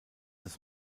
das